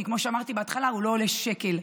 כי כמו שאמרתי בהתחלה: הוא לא עולה שקל.